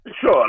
Sure